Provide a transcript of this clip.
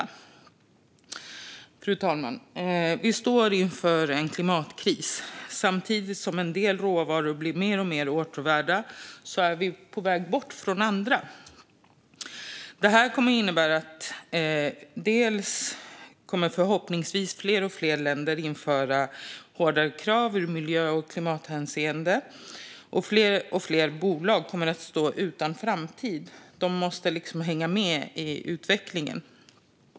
Fru talman! Vi står inför en klimatkris. Samtidigt som en del råvaror blir mer och mer åtråvärda är vi på väg bort från andra. Det här kommer dels att innebära att fler och fler länder förhoppningsvis kommer att införa hårdare krav i miljö och klimathänseende, dels att fler och fler bolag kommer att stå utan framtid. De måste hänga med i utvecklingen.